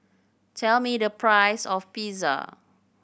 tell me the price of Pizza